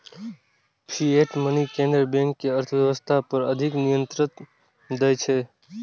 fiat money केंद्रीय bank कें अर्थव्यवस्था पर अधिक नियंत्रण दै छै